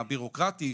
הבירוקרטי,